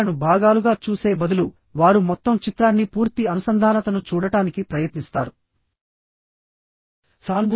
విషయాలను భాగాలుగా చూసే బదులు వారు మొత్తం చిత్రాన్ని పూర్తి అనుసంధానతను చూడటానికి ప్రయత్నిస్తారు